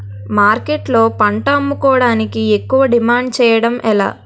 మార్కెట్లో పంట అమ్ముకోడానికి ఎక్కువ డిమాండ్ చేయడం ఎలా?